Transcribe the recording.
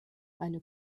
eine